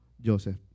Joseph